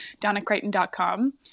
DonnaCrichton.com